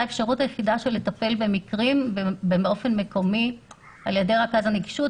האפשרות היחידה לטפל במקרים ובאופן מקומי על-ידי רכז הנגישות.